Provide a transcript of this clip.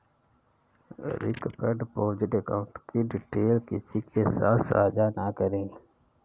रवि, कृप्या deposit account की details किसी के साथ सांझा न करें